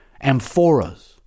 Amphoras